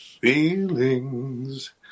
feelings